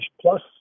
Plus